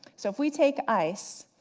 so if we take ice,